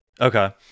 Okay